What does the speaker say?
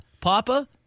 Papa